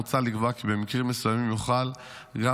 מוצע לקבוע כי במקרים מסוימים יוכלו גם